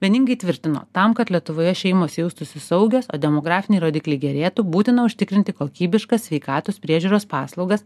vieningai tvirtino tam kad lietuvoje šeimos jaustųsi saugios o demografiniai rodikliai gerėtų būtina užtikrinti kokybiškas sveikatos priežiūros paslaugas